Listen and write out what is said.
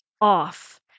off